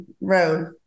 road